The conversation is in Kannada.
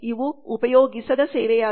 ಇವು ಉಪಯೋಗಿಸದ ಸೇವೆಯಾಗಿದೆ